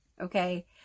okay